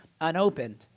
unopened